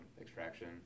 extraction